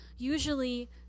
Usually